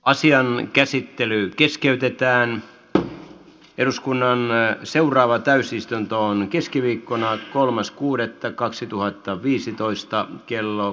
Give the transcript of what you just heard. asian käsittely keskeytetään tai eduskunnan seuraava täysistuntoon keskiviikkona kolmas kuudetta kaksituhattaviisitoista kello